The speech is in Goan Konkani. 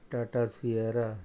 टाटा सीयेरा